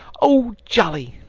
oh, jolly!